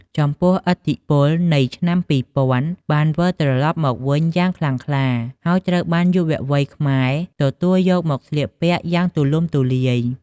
ចំពោះ ឥទ្ធិពលនៃឆ្នាំ២០០០ បានវិលត្រលប់មកវិញយ៉ាងខ្លាំងក្លា ហើយត្រូវបានយុវវ័យខ្មែរទទួលយកមកស្លៀកពាក់យ៉ាងទូលំទូលាយ។